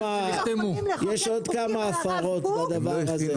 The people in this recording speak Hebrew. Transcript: יש עוד כמה הפרות בדבר הזה.